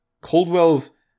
coldwell's